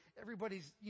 everybody's